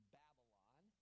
babylon